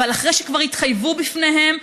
אבל אחרי שכבר התחייבו לפניהם,